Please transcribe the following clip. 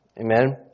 Amen